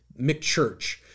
McChurch